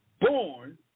born